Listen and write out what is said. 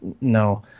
no